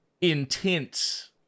intense